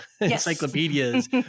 encyclopedias